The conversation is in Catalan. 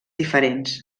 diferents